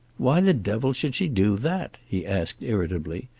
why the devil should she do that? he asked irritably.